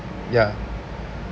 yeah